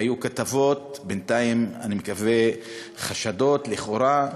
בינתיים אני מקווה שאלה חשדות לכאורה,